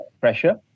pressure